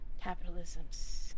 Capitalism's